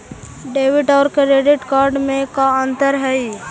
Debit और credit card में का अंतर हइ?